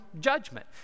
judgment